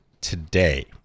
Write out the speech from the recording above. today